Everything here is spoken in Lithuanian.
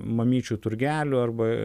mamyčių turgelio arba